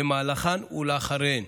במהלכם ואחריהם.